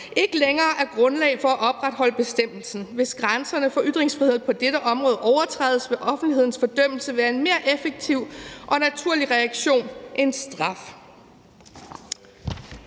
ikke længere er grundlag for at opretholde bestemmelsen. Hvis grænserne for ytringsfrihed på dette område overtrædes, vil offentlighedens fordømmelse være en mere effektiv og naturlig reaktion end straf.